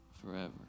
forever